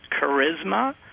charisma